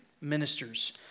ministers